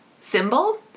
symbol